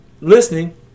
listening